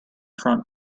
front